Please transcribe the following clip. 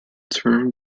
term